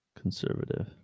conservative